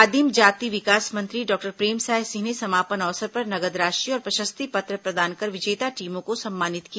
आदिम जाति विकास मंत्री डॉक्टर प्रेमसाय सिंह ने समापन अवसर पर नगद राशि और प्रशस्ति पत्र प्रदान कर विजेता टीमों को सम्मानित किया